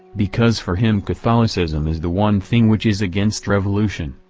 because for him catholicism is the one thing which is against revolution.